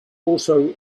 also